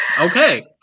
Okay